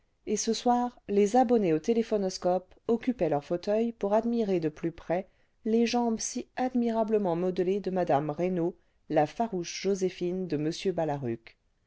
et ce soir les abonnés au téléphonoscope occupaient leurs fauteuils pour admirer de plus près les jambes si admirablement modelées de mmc reynald la farouche joséphine cle m balaruc